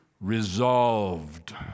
resolved